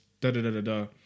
Da-da-da-da-da